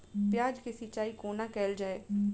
प्याज केँ सिचाई कोना कैल जाए?